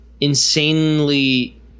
insanely